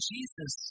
Jesus